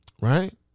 right